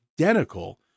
identical